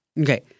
Okay